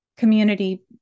community